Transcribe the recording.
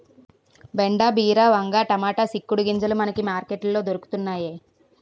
బెండ బీర వంగ టమాటా సిక్కుడు గింజలు మనకి మార్కెట్ లో దొరకతన్నేయి